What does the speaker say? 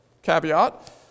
Caveat